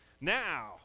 Now